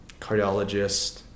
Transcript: cardiologist